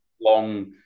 long